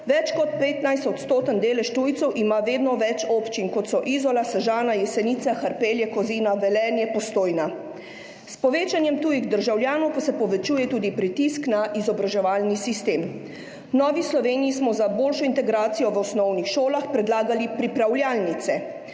Več kot 15-odstotni delež tujcev ima vedno več občin, kot so Izola, Sežana, Jesenice, Hrpelje, Kozina, Velenje, Postojna. S povečanjem tujih državljanov pa se povečuje tudi pritisk na izobraževalni sistem. V Novi Sloveniji smo za boljšo integracijo v osnovnih šolah predlagali pripravljalnice,